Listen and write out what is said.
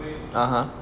(uh huh)